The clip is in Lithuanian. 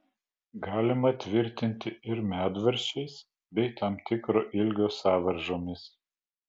galima tvirtinti ir medvaržčiais bei tam tikro ilgio sąvaržomis